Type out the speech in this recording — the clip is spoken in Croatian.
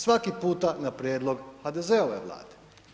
Svaki puta na prijedlog HDZ-ove Vlade.